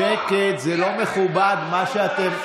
שקט, זה לא מכובד מה שאתם,